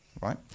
right